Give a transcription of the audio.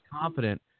confident